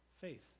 faith